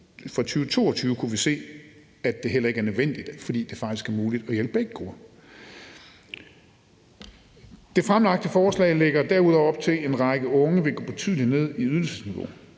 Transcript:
for 2022 kunne vi se, at det heller ikke er nødvendigt, fordi det faktisk er muligt at hjælpe begge grupper. Det fremsatte forslag lægger derudover op til, at en række unge vil gå betydeligt ned i ydelsesniveau.